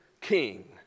king